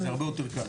זה הרבה יותר קל.